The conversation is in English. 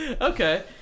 okay